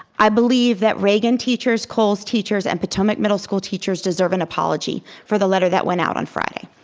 i believe that reagan teachers, coles teachers, and potomac middle school teachers deserve an apology for the letter that went out on friday.